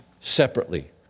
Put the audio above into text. separately